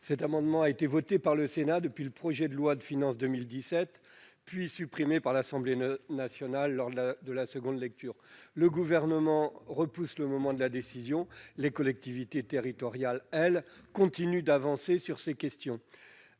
Dantec, a été voté par le Sénat lors de l'examen du projet de loi de finances pour 2017, puis supprimé par l'Assemblée nationale en seconde lecture. Le Gouvernement repousse le moment de la décision ; les collectivités territoriales, elles, continuent d'avancer sur ces questions.